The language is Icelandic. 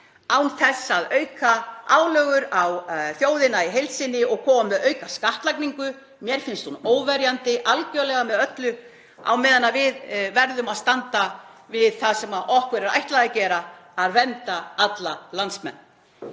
án þess að auka álögur á þjóðina í heild sinni og koma með aukaskattlagningu. Mér finnst hún algerlega óverjandi með öllu á meðan við verðum að standa við það sem okkur er ætlað að gera, að vernda alla landsmenn.